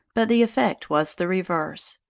but the effect was the reverse.